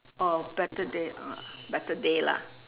or better day ah better day lah